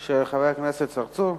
של חבר הכנסת צרצור,